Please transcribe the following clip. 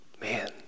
Man